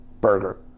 Burger